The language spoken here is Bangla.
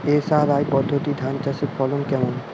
এস.আর.আই পদ্ধতি ধান চাষের ফলন কেমন?